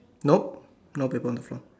nope no paper on the floor